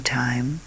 time